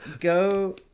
Go